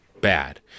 bad